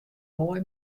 moai